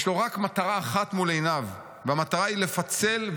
יש לו רק מטרה אחת מול עיניו והמטרה היא לפצל,